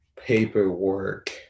paperwork